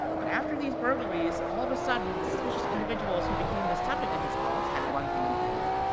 but after these burglaries, all of a sudden, the suspicious individuals who became the subject of his calls, had one thing in common,